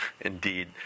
indeed